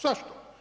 Zašto?